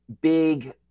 big